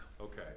Okay